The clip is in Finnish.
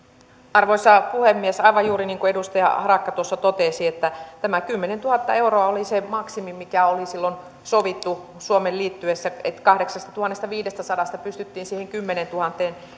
arvoisa puhemies aivan juuri niin kuin edustaja harakka tuossa totesi tämä kymmenentuhatta euroa oli se maksimi mikä oli sovittu silloin suomen liittyessä unioniin ja kahdeksastatuhannestaviidestäsadasta pystyttiin siihen kymmeneentuhanteen